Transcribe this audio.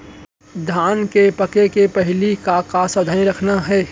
धान के पके के पहिली का का सावधानी रखना हे?